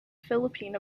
philippine